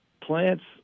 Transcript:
plants